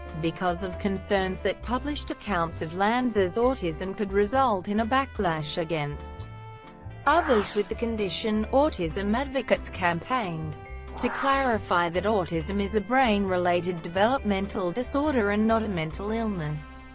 because of concerns that published accounts of lanza's autism could result in a backlash against others with the condition, autism advocates campaigned to clarify that autism is a brain-related developmental disorder and not a mental illness.